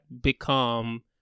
become